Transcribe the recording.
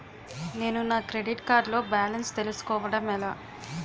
నేను నా credit card లో బాలన్స్ తెలుసుకోవడం ఎలా?